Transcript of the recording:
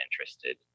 interested